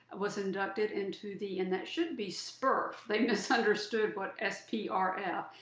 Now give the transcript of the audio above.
was inducted into the and that should be sprf they misunderstood what s p r f,